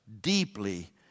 deeply